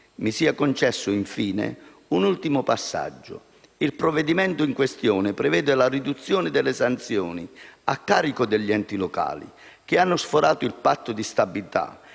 Mi sia concesso, infine, un ultimo passaggio. Il provvedimento in questione prevede la riduzione delle sanzioni a carico degli enti locali che hanno sforato il Patto di stabilità.